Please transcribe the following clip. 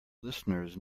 listeners